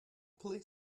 play